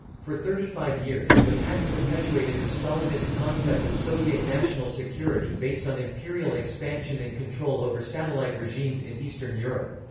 for thirty five years, the pact perpetuated the stalinist concept of soviet national security based on imperial expansion and control over satellite regimes in eastern europe.